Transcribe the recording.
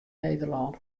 nederlân